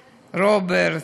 רוברט,